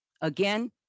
again